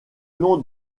nom